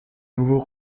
nouveau